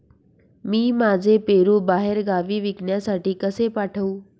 मी माझे पेरू बाहेरगावी विकण्यासाठी कसे पाठवू?